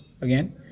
Again